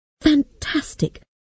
Fantastic